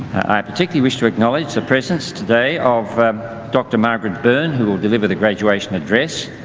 i particularly wish to acknowledge the presence today of dr. margaret byrne, who will deliver the graduation address.